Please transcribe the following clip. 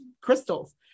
crystals